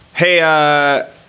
Hey